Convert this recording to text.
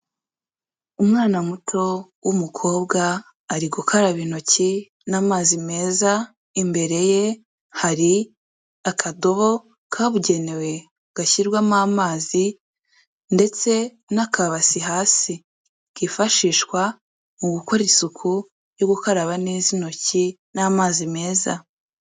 Umwana muto w'umukobwa ari gukaraba intoki n'amazi meza, imbere ye hari akadobo kabugenewe gashyirwamo amazi ndetse n'akabasi hasi, kifashishwa mu gukora isuku yo gukaraba neza intoki n'amazi meza.